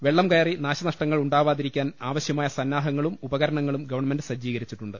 വെള്ളം കയറി നാശനഷ്ടങ്ങൾ ഉണ്ടാവാ തിരിക്കാൻ ആവശ്യമായ സന്നാഹങ്ങളും ഉപകരണങ്ങളും ഗവൺമെന്റ് സജ്ജീകരിച്ചിട്ടുണ്ട്